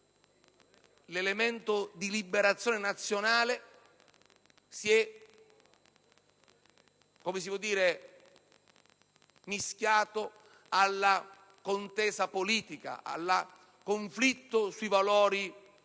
l'elemento di liberazione nazionale si è mischiato alla contesa politica, al conflitto sui valori politici